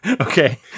Okay